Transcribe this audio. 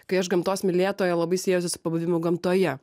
kai aš gamtos mylėtoja labai siejosi su pabuvimu gamtoje